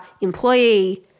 employee